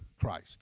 Christ